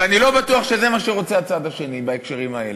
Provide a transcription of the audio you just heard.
ואני לא בטוח שזה מה שרוצה הצד השני בהקשרים האלה.